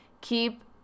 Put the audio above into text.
Keep